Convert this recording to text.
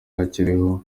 akiriho